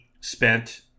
spent